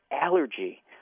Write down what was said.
allergy